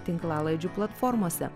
tinklalaidžių platformose